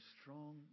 strong